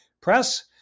Press